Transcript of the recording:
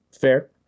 Fair